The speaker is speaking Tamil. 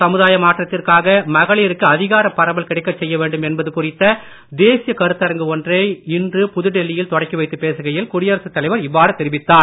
சமுதாய மாற்றத்திற்காக மகளிருக்கு அதிகாரப் பரவல் கிடைக்கச் செய்யவேண்டும் என்பது குறித்த தேசிய கருத்தரங்கு ஒன்றை இன்று புதுடில்லி யில் தொடக்கிவைத்துப் பேசுகையில் குடியரசுத் தலைவர் இதைத் தெரிவித்தார்